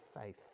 faith